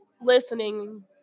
listening